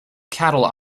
cattle